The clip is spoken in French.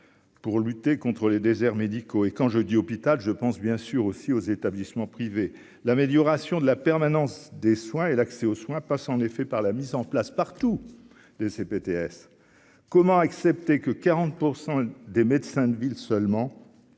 pour lutter contre les déserts médicaux et quand je dis hôpital je pense bien sûr aussi aux établissements privés, l'amélioration de la permanence des soins et l'accès aux soins passe en effet par la mise en place partout des ces BTS, comment accepter que 40 % des médecins de ville seulement